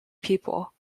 people